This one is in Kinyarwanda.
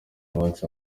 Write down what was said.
munsi